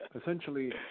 essentially